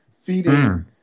feeding